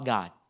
God